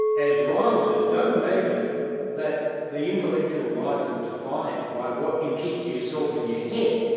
as ryle says, don't imagine that the intellectual life is defined by what you keep to yourself in your head,